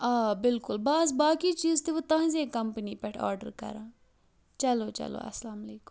آ بالکل بہٕ آسہٕ باقٕے چیٖز تہِ وٕ تُہٕںٛزے کَمپٔنی پٮ۪ٹھ آرڈَر کَران چلو چلو اَسَلامُ علیکُم